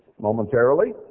momentarily